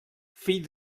fill